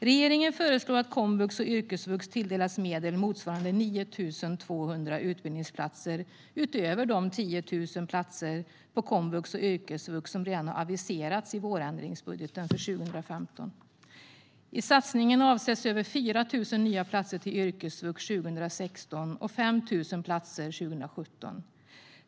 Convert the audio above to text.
Regeringen föreslår att komvux och yrkesvux tilldelas medel motsvarande 9 200 utbildningsplatser utöver de 10 000 platser på komvux och yrkesvux som redan har aviserats i vårändringsbudgeten för 2015. I satsningen avsätts över 4 000 nya platser till yrkesvux 2016 och 5 000 platser 2017.